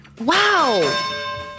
Wow